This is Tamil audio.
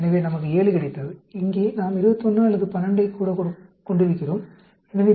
எனவே நமக்கு 7 கிடைத்தது இங்கே நாம் 21 அல்லது 12 ஐக் கூட கொண்டிருக்கிறோம் எனவே p மதிப்பு 0